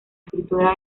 escritora